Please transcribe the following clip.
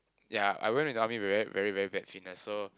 ya I went into the army with very very bad fitness so